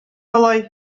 алай